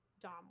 Dom